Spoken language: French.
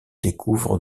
découvre